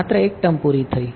માત્ર એક ટર્મ પુરી થઈ